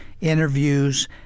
interviews